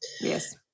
yes